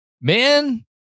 Man